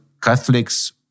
Catholics